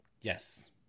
Yes